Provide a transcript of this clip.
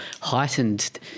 heightened